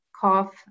cough